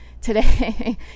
today